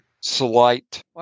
slight